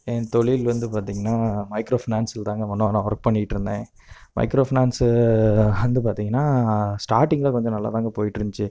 என் தொழில் வந்து பார்த்திங்கனா மைக்ரோ ஃபினான்ஸ்சியல் தாங்க முன்னே நான் ஒர்க் பண்ணிக்கிட்டு இருந்தேன் மைக்ரோ ஃபினான்ஸ்ஸு வந்து பார்த்திங்கனா ஸ்டார்ட்டிங்கில் கொஞ்சம் நல்லாதாங்க போய்ட்டு இருந்துச்சு